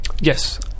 yes